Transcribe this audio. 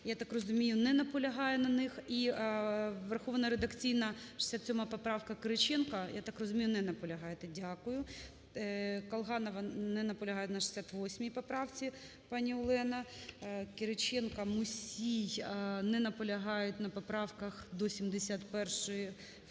я так розумію, не наполягає на них, і врахована редакційно 67 поправка Кириченка, я так розумію, не наполягаєте. Дякую. Колганова не наполягає на 68 поправці, пані Олена. Кириченко, Мусій не наполягають на поправках до 71 включно.